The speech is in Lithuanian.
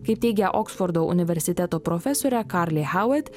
kaip teigia oksfordo universiteto profesorė karli havet